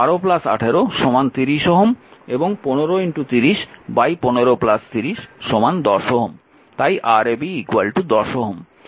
কারণ 12 18 30Ω এবং 153015 30 10 Ω তাই Rab 10 Ω